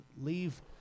leave